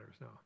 no